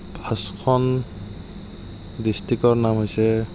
পাঁচখন ডিষ্ট্ৰিকৰ নাম হৈছে